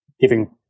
giving